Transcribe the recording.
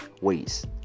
ways